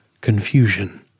confusion